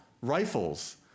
rifles